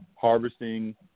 harvesting